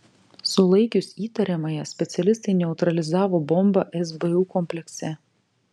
sulaikius įtariamąją specialistai neutralizavo bombą sbu komplekse